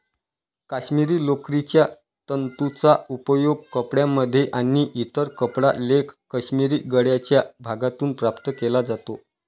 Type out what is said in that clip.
काश्मिरी लोकरीच्या तंतूंचा उपयोग कपड्यांमध्ये आणि इतर कपडा लेख काश्मिरी गळ्याच्या भागातून प्राप्त केला जातो